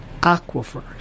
Aquifers